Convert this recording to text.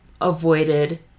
avoided